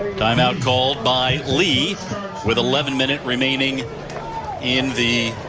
time-out called by lee with eleven minutes remaining in the